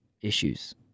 issues